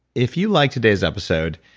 if you liked today's episode,